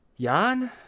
Jan